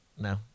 no